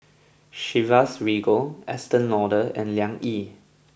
Chivas Regal Estee Lauder and Liang Yi